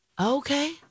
Okay